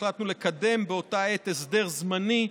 החלטנו לקדם באותה עת הסדר זמני,